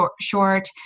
short